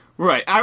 Right